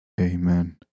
Amen